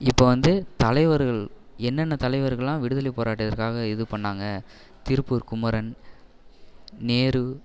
இப்போ வந்து தலைவர்கள் என்னன்ன தலைவர்க்கு எல்லாம் விடுதலை போராட்டத்திற்காக இது பண்ணாங்க திருப்பூர் குமரன் நேரு